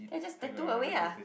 then just tattoo away ah